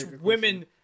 women